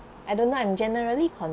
I don't know I'm generally